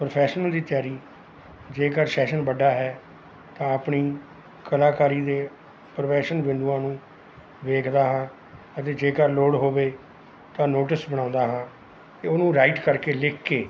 professional ਦੀ ਤਿਆਰੀ ਜੇਕਰ ਸ਼ੈਸ਼ਨ ਵੱਡਾ ਹੈ ਤਾਂ ਆਪਣੀ ਕਲਾਕਾਰੀ ਦੇ ਪ੍ਰਵੇਸ਼ਨ ਬਿੰਦੂਆਂ ਨੂੰ ਵੇਖਦਾ ਹਾਂ ਅਤੇ ਜੇਕਰ ਲੋੜ ਹੋਵੇ ਤਾਂ ਨੋਟਿਸ ਬਣਾਉਂਦਾ ਹਾਂ ਅਤੇ ਉਹਨੂੰ ਰਾਈਟ ਕਰਕੇ ਲਿਖ ਕੇ